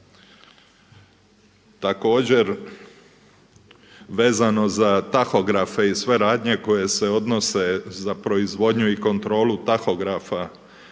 Također vezano za tahografe i sve radnje koje se odnose za proizvodnju i kontrolu tahografa